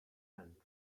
hand